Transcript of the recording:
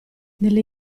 nelle